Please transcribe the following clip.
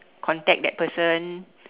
contact that person